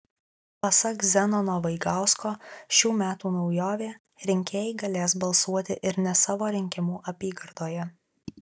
pasak zenono vaigausko šių metų naujovė rinkėjai galės balsuoti ir ne savo rinkimų apygardoje